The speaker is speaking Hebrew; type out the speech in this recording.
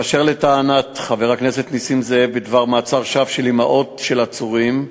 באשר לטענת חבר הכנסת נסים זאב בדבר מעצר שווא של אימהות של עצורים,